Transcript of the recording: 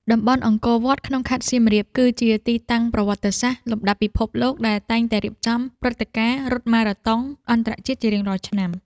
តំបន់អង្គរវត្តក្នុងខេត្តសៀមរាប គឺជាទីតាំងប្រវត្តិសាស្ត្រលំដាប់ពិភពលោក ដែលតែងតែរៀបចំព្រឹត្តិការណ៍រត់ម៉ារ៉ាតុងអន្តរជាតិជារៀងរាល់ឆ្នាំ។